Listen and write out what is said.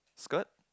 skirt